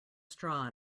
straw